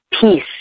peace